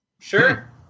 sure